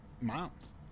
moms